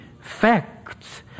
facts